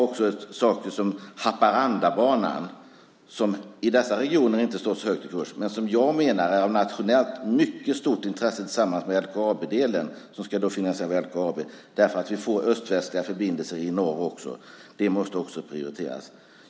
Också Haparandabanan, som i huvudstadsregionen inte står så högt i kurs, menar jag har mycket stort nationellt intresse tillsammans med LKAB-delen. Den innebär att vi får öst-västliga förbindelser i norr också.